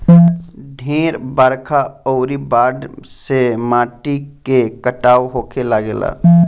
ढेर बरखा अउरी बाढ़ से माटी के कटाव होखे लागेला